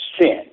sin